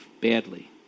badly